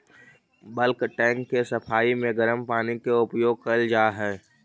bulk tank के सफाई में गरम पानी के उपयोग कैल जा हई